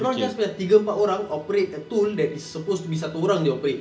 dorang just macam tiga empat orang operate a tool that is supposed to be satu orang jer operate